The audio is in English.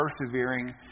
persevering